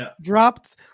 dropped